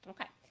Okay